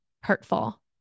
hurtful